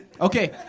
Okay